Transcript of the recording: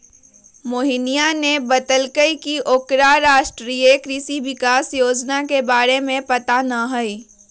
मोहिनीया ने बतल कई की ओकरा राष्ट्रीय कृषि विकास योजना के बारे में पता ना हई